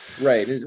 Right